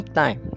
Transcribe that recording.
time